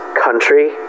country